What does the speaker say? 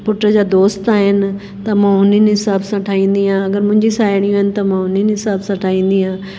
पु्ट जा दोस्त आहिनि त मां उन्हनि हिसाब सां ठाहींदी आहियां अगरि मुंहिंजी साहिड़ियूं आहिनि त मां उन्हनि हिसाब सां ठाहींदी आहियां